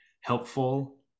helpful